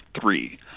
three